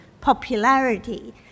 popularity